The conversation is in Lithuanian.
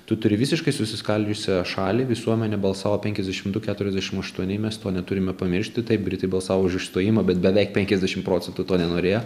tu turi visiškai susiskaldžiusią šalį visuomenė balsavo penkiasdešimt du keturiasdešimt aštuoni mes to neturime pamiršti taip britai balsavo už išstojimą bet beveik penkiasdešimt procentų to nenorėjo